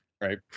Right